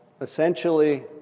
essentially